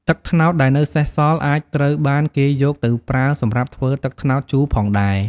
ទឹកត្នោតដែលនៅសេសសល់អាចត្រូវបានគេយកទៅប្រើសម្រាប់ធ្វើទឹកត្នោតជូរផងដែរ។